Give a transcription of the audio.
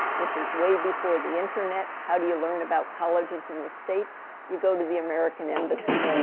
this is way before the internet. how do you learn about colleges in the states? you go to the american embassy.